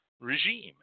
regime